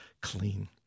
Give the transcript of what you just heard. clean